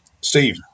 Steve